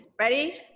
ready